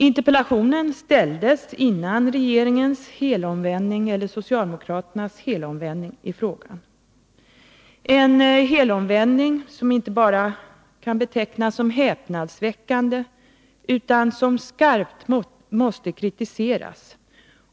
Interpellationen ställdes före socialdemokraternas helomvändning i frågan, en helomvändning som inte bara kan betecknas som häpnadsväckande utan också skarpt måste kritiseras.